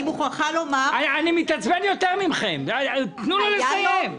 אני מתעצבן יותר מכם, תנו לה לסיים.